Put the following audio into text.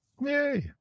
Yay